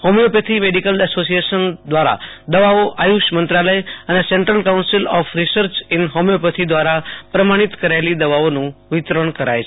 homeopathy medical association દ્રારા દવાઓ Ayush મંત્રાલય અને central council of research in homeopathy દ્રારા પ્રમાણીત કરાયેલી દવાઓનું વિતરણ કરાય છે